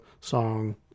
song